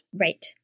Right